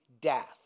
death